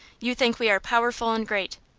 you think we are powerful and great.